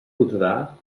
podrà